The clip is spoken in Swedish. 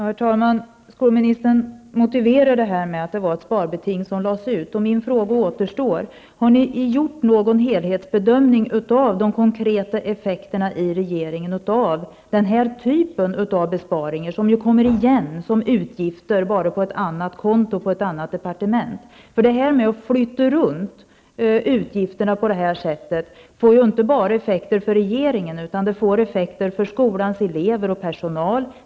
Herr talman! Skolministern motiverar detta med att det var ett sparbeting som lades ut. Min fråga återstår: Har ni i regeringen gjort någon helhetsbedömning av de konkreta effekterna av denna typ av besparingar, som ju kommer igen såsom utgifter men på ett annat konto i ett annat departement. Att flytta runt utgifter på detta sätt får effekter inte bara för regeringen utan också för skolans elever och personal.